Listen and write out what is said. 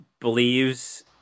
believes